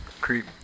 Creep